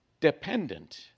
dependent